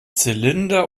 zylinder